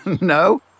No